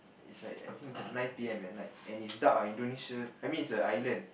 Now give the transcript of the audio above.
is like I think nine p_m at night and it's dark ah Indonesia I mean it's a island